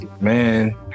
man